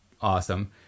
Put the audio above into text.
awesome